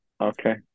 okay